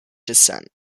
descent